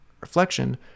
reflection